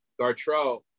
Gartrell